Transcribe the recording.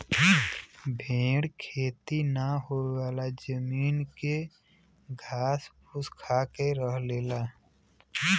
भेड़ खेती ना होयेवाला जमीन के घास फूस खाके रह लेला